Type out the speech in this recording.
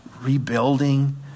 rebuilding